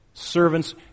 Servants